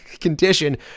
condition